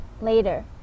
later